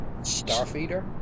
Starfeeder